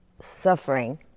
suffering